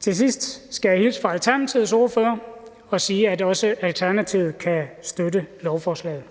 Til sidst skal jeg hilse fra Alternativets ordfører og sige, at også Alternativet kan støtte lovforslaget. Kl.